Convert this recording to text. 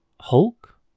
Hulk